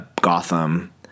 Gotham